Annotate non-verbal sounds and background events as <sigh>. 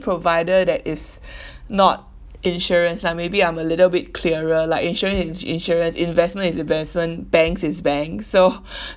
provider that is <breath> not insurance like maybe I'm a little bit clearer like insurance is insurance investment is investment banks is banks so <breath>